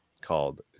called